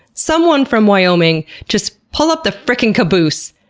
someone from wyoming, just pull up the frikken' caboose.